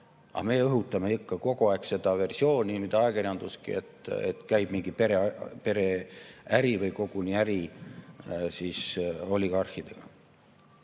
aga me õhutame ikka kogu aeg seda versiooni, mida ajakirjanduski, et käib mingi pereäri või koguni äri oligarhidega.